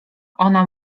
ona